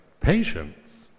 patience